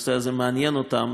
שהנושא הזה מעניין אותם,